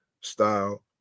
style